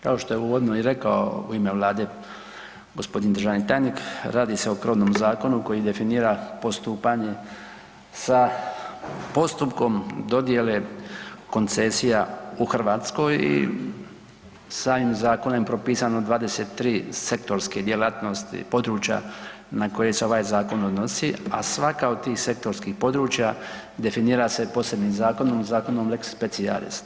Kao što je uvodno i rekao u ime vlade gospodin državni tajnik, radi se o krovnom zakonu koji definira postupanje sa postupkom dodjele koncesija u Hrvatskoj i samim zakonom je propisano 23 sektorske djelatnosti, područja na koje se ovaj zakon odnosi, a svaka od tih sektorskih područja definira se posebnim zakonom, zakonom lex specialis.